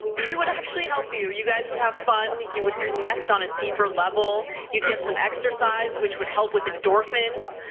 she would have actually helped you. you you guys would have fun. you would connect on a deeper level. you'd get some exercise which would help with endorphins.